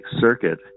circuit